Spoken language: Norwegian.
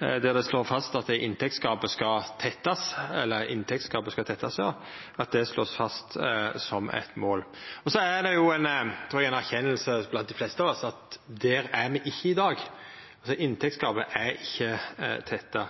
der er me ikkje i dag. Inntektsgapet er ikkje tetta.